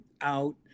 out